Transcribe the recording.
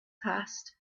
passed